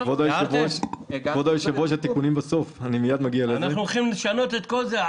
אנחנו הולכים לשנות את כל זה.